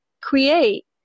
create